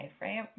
right